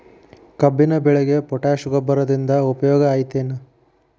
ಕಬ್ಬಿನ ಬೆಳೆಗೆ ಪೋಟ್ಯಾಶ ಗೊಬ್ಬರದಿಂದ ಉಪಯೋಗ ಐತಿ ಏನ್?